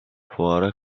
fuara